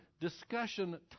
discussion